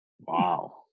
wow